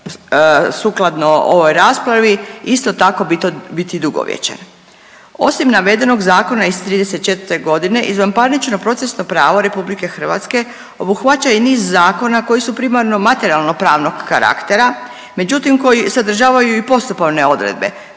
sukladno ovoj raspravi isto tako biti dugovječan. Osim navedenog zakona iz '34. godine izvanparnično procesno pravo RH obuhvaća i niz zakona koji su primarno materijalno pravnog karaktera, međutim koji sadržavaju i postupovne odredbe